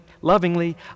lovingly